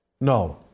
No